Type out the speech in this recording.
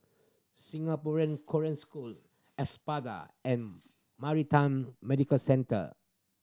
Singapore Korean School Espada and Maritime Medical Centre